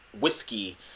whiskey